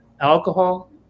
alcohol